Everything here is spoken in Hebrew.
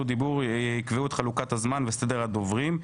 דיבור יקבעו את חלוקת הזמן וסדר הדוברים.